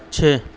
چھ